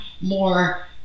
more